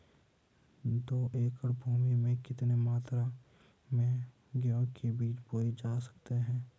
दो एकड़ भूमि में कितनी मात्रा में गेहूँ के बीज बोये जा सकते हैं?